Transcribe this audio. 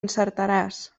encertaràs